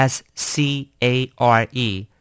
S-C-A-R-E